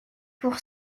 pour